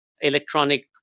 electronic